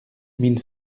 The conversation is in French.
mille